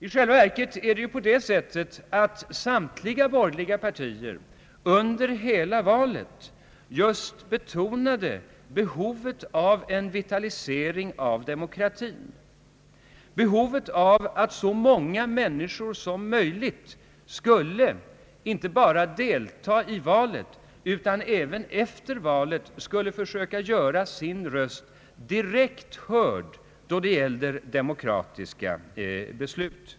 I själva verket har samtliga borgerliga partier under hela valet just betonat behovet av en vitalisering av demokratin, behovet av att så många människor som möjligt skulle inte bara delta i valet utan även efter valet försöka göra sin röst direkt hörd då det gällde demokratiska beslut.